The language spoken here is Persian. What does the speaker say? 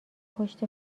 پشت